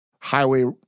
highway